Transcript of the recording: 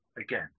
again